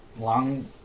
Long